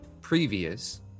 previous